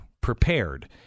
prepared